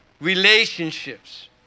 relationships